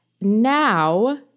Now